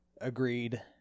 agreed